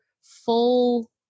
full